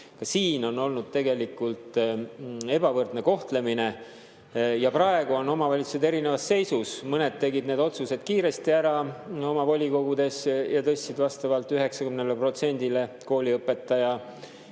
siin on tegelikult olnud ebavõrdne kohtlemine ja praegu on omavalitsused erinevas seisus. Mõned tegid need otsused kiiresti ära oma volikogudes ja tõstsid vastavalt 90%‑le kooliõpetaja